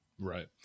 Right